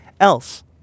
else